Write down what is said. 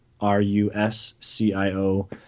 r-u-s-c-i-o